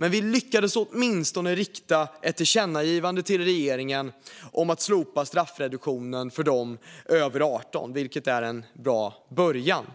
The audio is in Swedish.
Men vi lyckades åtminstone rikta ett tillkännagivande till regeringen om att slopa straffreduktionen för dem över 18, vilket är en bra början.